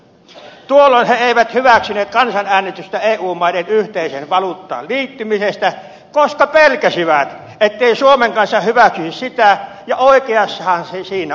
tuolloin he eivät hyväksyneet kansanäänestystä eu maiden yhteiseen valuuttaan liittymisestä koska pelkäsivät ettei suomen kansa hyväksyisi sitä ja oikeassahan he siinä olivat